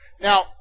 Now